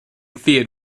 feared